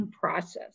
process